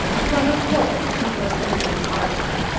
about a fortnight before the season of harvest,